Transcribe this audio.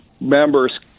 members